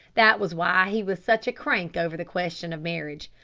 that was why he was such a crank over the question of marriage.